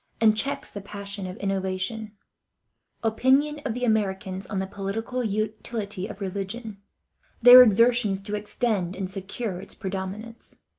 and checks the passion of innovation opinion of the americans on the political utility of religion their exertions to extend and secure its predominance.